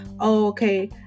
okay